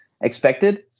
expected